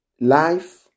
life